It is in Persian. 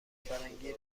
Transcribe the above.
فرنگی